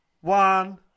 One